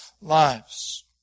lives